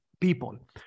people